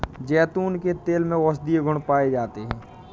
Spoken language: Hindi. जैतून के तेल में औषधीय गुण पाए जाते हैं